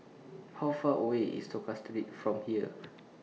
How Far away IS Tosca Street from here